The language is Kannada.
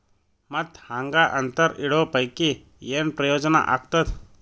ಮತ್ತ್ ಹಾಂಗಾ ಅಂತರ ಇಡೋ ಪೈಕಿ, ಏನ್ ಪ್ರಯೋಜನ ಆಗ್ತಾದ?